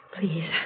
Please